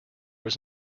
was